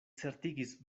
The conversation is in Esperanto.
certigis